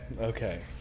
Okay